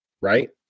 Right